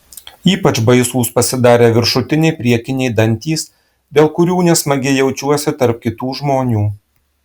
ypač baisūs pasidarė viršutiniai priekiniai dantys dėl kurių nesmagiai jaučiuosi tarp kitų žmonių